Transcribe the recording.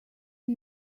see